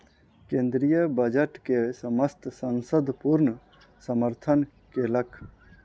केंद्रीय बजट के समस्त संसद पूर्ण समर्थन केलक